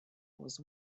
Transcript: was